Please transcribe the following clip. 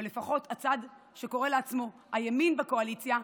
או לפחות הצד שקורא לעצמו הימין בקואליציה,